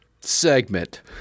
segment